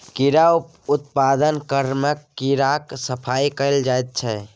कीड़ा उत्पादनक क्रममे कीड़ाक सफाई कएल जाइत छै